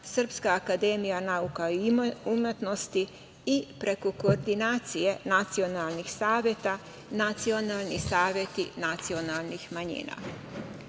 Srpska akademija nauka i umetnosti i preko Koordinacije nacionalnih saveta nacionalni saveti nacionalnih